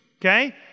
okay